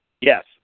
Yes